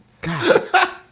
God